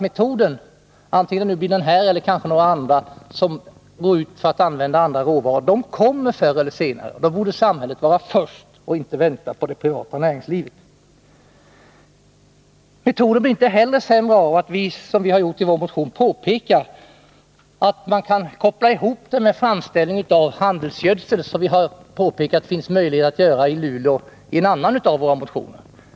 Metoden — antingen det nu blir den här eller kanske någon som går ut på att använda andra råvaror — kommer förr eller senare, och då borde samhället vara först och inte vänta på det privata näringslivet. Metoden blir inte heller sämre av att vi, som vi har gjort i vår motion, påpekar att man kan koppla ihop detta med den framställning av handelsgödsel i Luleå som vi har föreslagit i en annan av våra motioner.